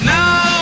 now